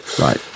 Right